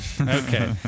Okay